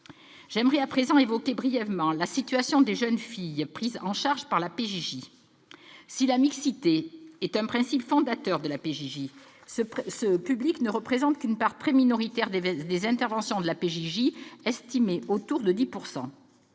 J'aimerais à présent évoquer brièvement la situation des jeunes filles prises en charge par la PJJ. Si la mixité est un principe fondateur de la PJJ, ce public ne représente qu'une part très minoritaire des interventions de la PJJ, estimée autour de 10 %.